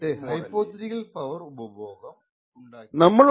എന്നിട്ട് hypothetical power ഉപഭോഗം ഉണ്ടാക്കിയെടുക്കും ഹാമ്മിങ് വെയിറ്റ് മോഡലിൽ